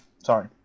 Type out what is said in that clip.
Sorry